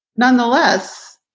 nonetheless,